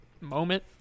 moment